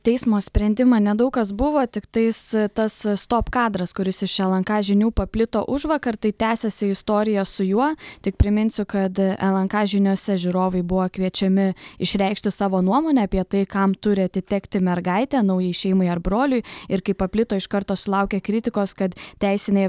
teismo sprendimą nedaug kas buvo tiktais tas stop kadras kuris iš lnk žinių paplito užvakar tai tęsiasi istorija su juo tik priminsiu kad lnk žiniose žiūrovai buvo kviečiami išreikšti savo nuomonę apie tai kam turi atitekti mergaitė naujai šeimai ar broliui ir kai paplito iš karto sulaukė kritikos kad teisinė